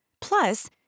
Plus